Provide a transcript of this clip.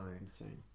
Insane